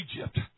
Egypt